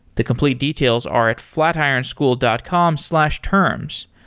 the complete details are at flatironschool dot com slash terms.